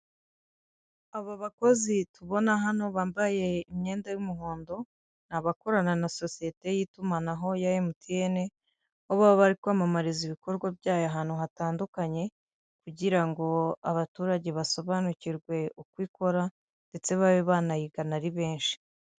Aba bakozi tubona hano bambaye imyenda y'umuhondo ni abakorana na sosiyete y'itumanaho ya MTN, aho baba bari kwamamariza ibikorwa byayo ahantu hatandukanye, kugira ngo abaturage basobanukirwe uko ikora ndetse babe banayigana ari benshi.